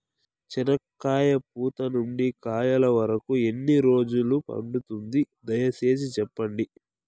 చెనక్కాయ పూత నుండి కాయల వరకు ఎన్ని రోజులు పడుతుంది? దయ సేసి చెప్పండి?